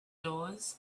doors